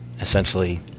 essentially